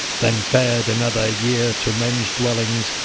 then fared another year to men's dwellings,